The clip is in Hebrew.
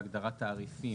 בהגדרה "תעריפים",